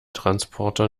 transporter